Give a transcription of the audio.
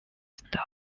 stalked